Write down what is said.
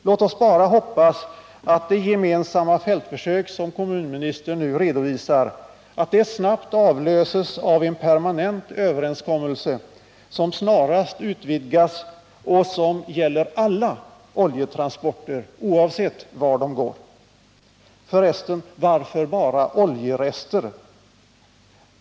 Låt oss bara hoppas att det gemensamma fältförsök som kommunministern nu redovisar snabbt avlöses av en permanent överenskommelse som snarast utvidgas och som gäller alla oljetransporter, oavsett var de går. För resten: Varför bara oljerester?